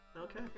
Okay